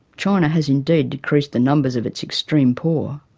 china has indeed decreased the numbers of its extreme poor,